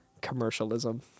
commercialism